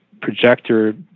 projector